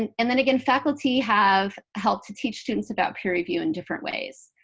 and and then again, faculty have helped to teach students about peer review in different ways.